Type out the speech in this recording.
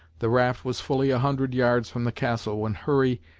the raft was fully a hundred yards from the castle when hurry,